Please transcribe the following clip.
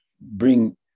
bring